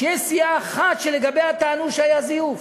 יש סיעה אחת שלגביה טענו שהיה זיוף,